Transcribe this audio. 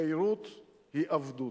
חירות היא עבדות,